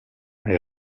est